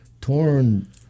torn